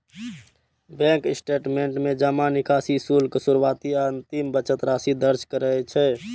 bank statement में जमा, निकासी, शुल्क, शुरुआती आ अंतिम बचत राशि दर्ज रहै छै